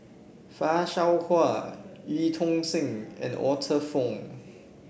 Fan Shao Hua Eu Tong Sen and Arthur Fong